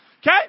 Okay